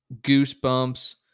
Goosebumps